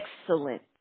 Excellent